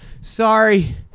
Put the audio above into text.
sorry